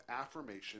affirmation